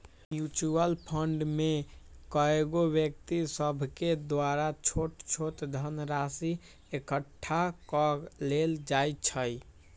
mutual fund में कएगो व्यक्ति सभके द्वारा छोट छोट धनराशि एकठ्ठा क लेल जाइ छइ